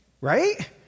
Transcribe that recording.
right